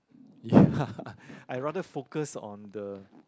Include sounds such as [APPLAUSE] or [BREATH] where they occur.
ya [BREATH] I rather focus on the